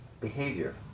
behavior